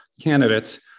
candidates